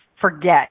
forget